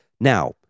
Now